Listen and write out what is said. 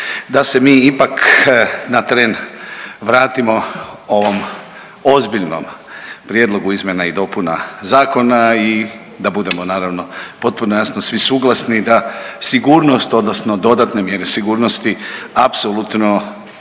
da se mi ipak na tren vratimo ovom ozbiljnom prijedlogu izmjena i dopuna zakona i da budemo naravno potpuno jasno svi suglasni da sigurnost, odnosno dodatne mjere sigurnosti apsolutno